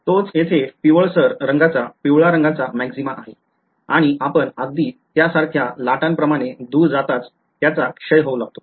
तोच येथे पिवळसर रंगाचा पिवळा रंगाचा मॅक्सिमा आहे आणि आपण अगदी त्यासारख्या लाटांप्रमाणे दूर जाताच त्याचा क्षय होऊ लागते